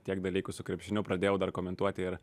tiek dalykų su krepšiniu pradėjau dar komentuoti ir